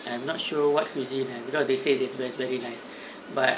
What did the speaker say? I'm not sure what cuisine and because they say it's very very nice but